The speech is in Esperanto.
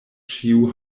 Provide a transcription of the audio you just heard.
ĉiu